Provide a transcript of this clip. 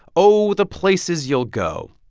oh, the places you'll go.